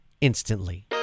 instantly